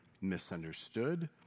misunderstood